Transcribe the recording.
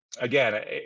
Again